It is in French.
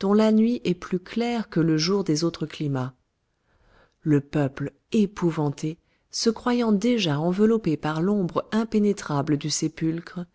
dont la nuit est plus claire que le jour des autres climats le peuple épouvanté se croyant déjà enveloppé par l'ombre impénétrable du sépulcre